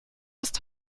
ist